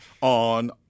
on